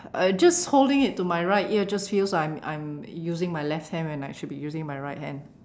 uh just holding it to my right ear just feels like I'm I'm using my left hand when I should be using my right hand